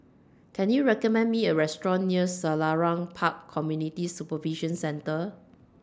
Can YOU recommend Me A Restaurant near Selarang Park Community Supervision Centre